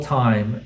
time